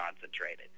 concentrated